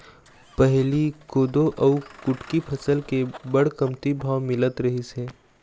पहिली कोदो अउ कुटकी फसल के बड़ कमती भाव मिलत रहिस हे